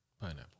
Pineapple